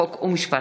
חוק ומשפט.